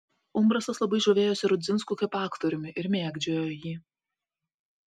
umbrasas labai žavėjosi rudzinsku kaip aktoriumi ir mėgdžiojo jį